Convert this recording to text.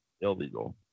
illegal